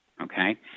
Okay